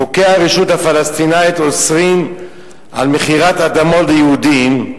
חוקי הרשות הפלסטינית אוסרים מכירת אדמות ליהודים.